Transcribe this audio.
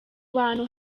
bantu